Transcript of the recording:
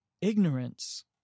Ignorance